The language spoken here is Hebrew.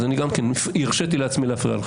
אז גם אני הרשיתי לעצמי להפריע לך.